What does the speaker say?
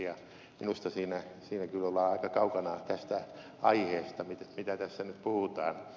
ja minusta siinä kyllä ollaan aika kaukana tästä aiheesta mistä tässä nyt puhutaan